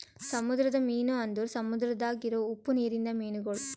ಸಮುದ್ರದ ಮೀನು ಅಂದುರ್ ಸಮುದ್ರದಾಗ್ ಇರವು ಉಪ್ಪು ನೀರಿಂದ ಮೀನುಗೊಳ್